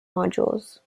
modules